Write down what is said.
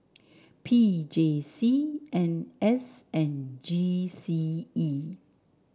P J C N S and G C E